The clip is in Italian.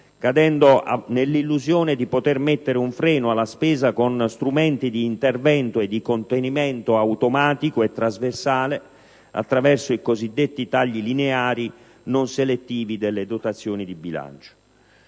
cadendo nell'illusione di poter mettere un freno alla spesa con strumenti di intervento e di contenimento automatico e trasversale attraverso i cosiddetti tagli lineari, non selettivi, delle dotazioni di bilancio.